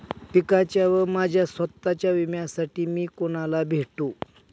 पिकाच्या व माझ्या स्वत:च्या विम्यासाठी मी कुणाला भेटू?